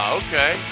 okay